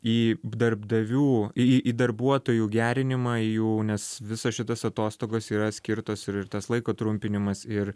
į darbdavių į darbuotojų gerinimą jų nes visos šitos atostogos yra skirtos ir tas laiko trumpinimas ir